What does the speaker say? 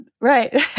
Right